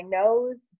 nose